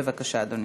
בבקשה, אדוני.